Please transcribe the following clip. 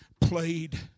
played